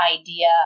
idea